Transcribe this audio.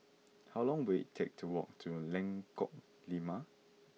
how long will it take to walk to Lengkok Lima